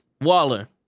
Waller